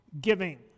giving